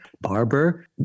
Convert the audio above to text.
Barber